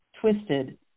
twisted